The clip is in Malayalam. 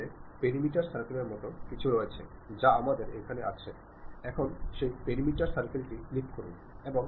ഇതിനുപുറമെ നിങ്ങളുടെ ആശയവിനിമയത്തിൽ നിങ്ങൾ മര്യാദകൾ പാലിച്ചിട്ടുണ്ടോ എന്നും നോക്കണം